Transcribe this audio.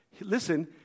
listen